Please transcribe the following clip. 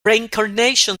reincarnation